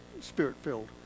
spirit-filled